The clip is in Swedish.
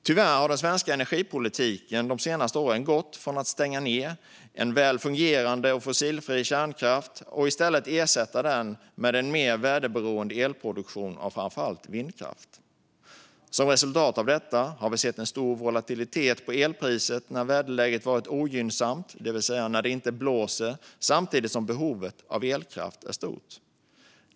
Tyvärr har den svenska energipolitiken de senaste åren inneburit att man stängt ned en väl fungerande, fossilfri kärnkraft och i stället ersatt den med en mer väderberoende elproduktion genom framför allt vindkraft. Som ett resultat av detta har vi sett en stor volatilitet i elpriset när väderläget varit ogynnsamt, det vill säga när det inte blåser, samtidigt som behovet av elkraft är stort.